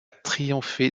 triomphé